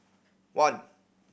one